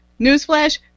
newsflash